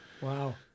Wow